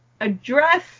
address